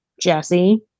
Jesse